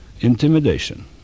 intimidation